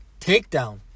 takedown